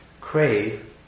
crave